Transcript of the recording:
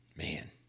man